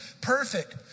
perfect